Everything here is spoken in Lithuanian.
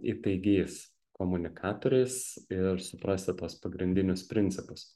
įtaigiais komunikatoriais ir suprasti tuos pagrindinius principus